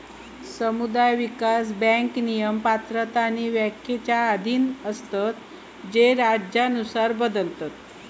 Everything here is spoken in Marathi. समुदाय विकास बँक नियम, पात्रता आणि व्याख्येच्या अधीन असतत जे राज्यानुसार बदलतत